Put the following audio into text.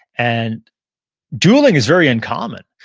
and dueling is very uncommon.